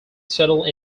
settled